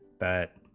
that